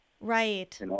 right